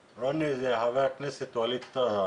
רוני, זה חבר הכנסת ווליד טאהא.